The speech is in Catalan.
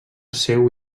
seu